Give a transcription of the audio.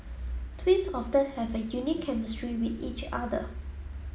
twins often have a unique chemistry with each other